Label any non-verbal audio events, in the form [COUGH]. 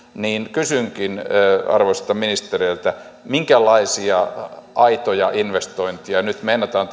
kysynkin arvoisilta ministereiltä minkälaisia aitoja investointeja nyt meinataan [UNINTELLIGIBLE]